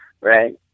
Right